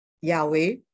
Yahweh